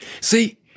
See